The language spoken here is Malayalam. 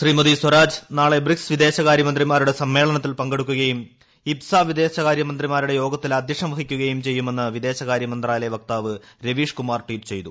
ശ്രീമതി സ്വരാജ് നാളെ ബ്രിക്സ് വിദേശകാര്യമന്ത്രിമാരുടെ സമ്മേളനത്തിൽ പങ്കെടുക്കുകയും ഇബ്സാ വിദേശകാര്യ മന്ത്രിമാരുടെ യോഗത്തിൽ അധ്യക്ഷം വഹിക്കുകയും ചെയ്യുമെന്ന് വിദേശകാര്യ മന്ത്രാലയ വക്താവ് രവീഷ് കുമാർ ട്വീറ്റ് ചെയ്തു